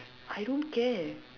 I don't care